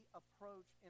approach